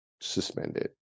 suspended